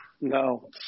No